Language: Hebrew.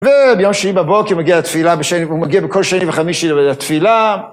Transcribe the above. וביום שני בבוקר הוא מגיע לתפילה, הוא מגיע בכל שני וחמישי לתפילה.